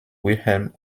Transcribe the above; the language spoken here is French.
wilhelm